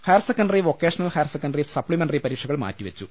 higher secondary vocational higher secondary supplementary പരീക്ഷകൾ മാറ്റിവെച്ചു